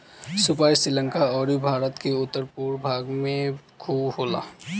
सुपारी श्रीलंका अउरी भारत के उत्तर पूरब भाग में खूब होला